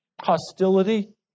hostility